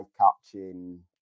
eye-catching